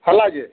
ହେଲା ଯେ